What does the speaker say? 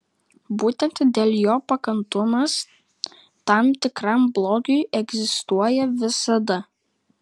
būtent dėl jo pakantumas tam tikram blogiui egzistuoja visada